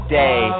day